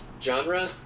genre